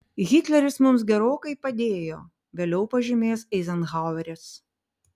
hitleris mums gerokai padėjo vėliau pažymės eizenhaueris